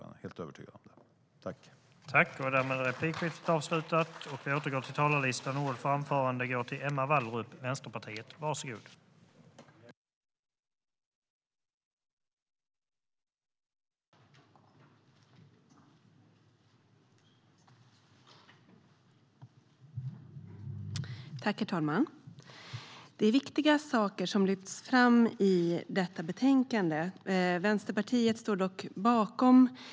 Jag är helt övertygad om det.